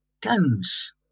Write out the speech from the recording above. tons